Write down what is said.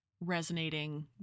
resonating